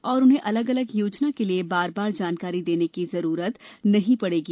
और उन्हें अलग अलग योजना के लिए बार बार जानकारी देने की जरूरत नहीं पड़ेगी